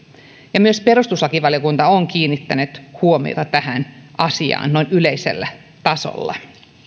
ja myös perustuslakivaliokunta on kiinnittänyt huomiota tähän asiaan noin yleisellä tasolla